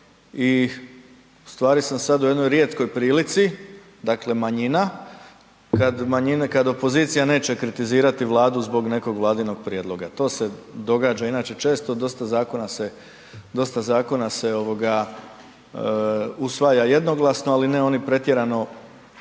i ustvari sam sad u jednoj rijetkoj prilici dakle manjina, kad opozicija neće kritizirati Vladu zbog nekog Vladinog prijedloga. To se događa inače često, dosta zakona se usvaja jednoglasno ali ne oni pretjerano